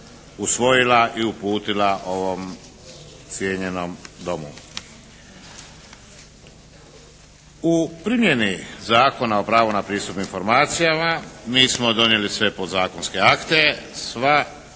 usvojila i uputila ovom cijenjenom Domu. U primjeni Zakona o pravu na pristup informacijama mi smo donijeli sve podzakonske akte, sva